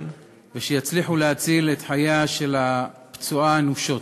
ושיצליחו להציל את חייה של הפצועה אנושות.